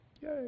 Yay